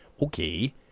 Okay